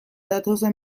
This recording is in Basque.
datozen